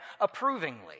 approvingly